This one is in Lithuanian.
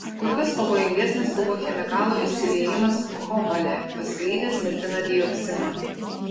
kur kas pavojingesnis buvo chemikalų išsiliejimas bhopale paskleidęs mirtiną dioksiną